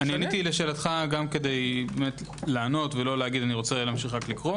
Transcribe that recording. עניתי לשאלתך כדי לענות ולא לומר שאני רוצה להמשיך לקרוא